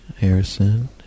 Harrison